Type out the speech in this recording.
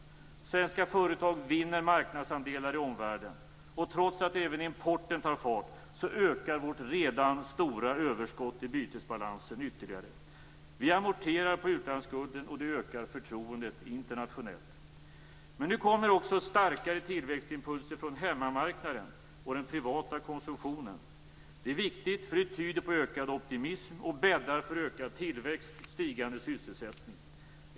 Svenska företag vinner marknadsandelar i omvärlden, och trots att även importen tar fart ökar vårt redan stora överskott i bytesbalansen ytterligare. Vi amorterar på utlandsskulden, och det ökar förtroendet internationellt. Men nu kommer också starkare tillväxtimpulser från hemmamarknaden och den privata konsumtionen. Det är viktigt, för det tyder på ökad optimism och bäddar för ökad tillväxt och stigande sysselsättning.